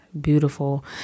beautiful